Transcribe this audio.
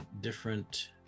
different